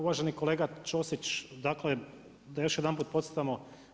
Uvaženi kolega Ćosić, dakle da još jedanput podcrtamo.